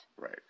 right